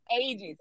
ages